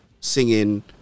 singing